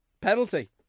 Penalty